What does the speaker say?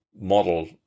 model